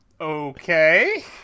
okay